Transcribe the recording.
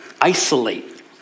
isolate